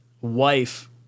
wife